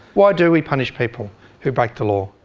why do we punish people who break the law?